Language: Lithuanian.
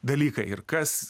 dalykai ir kas